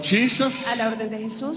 Jesus